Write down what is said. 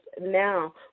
now